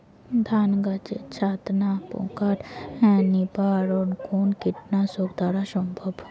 ধান গাছের ছাতনা পোকার নিবারণ কোন কীটনাশক দ্বারা সম্ভব?